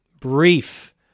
brief